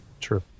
true